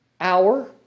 hour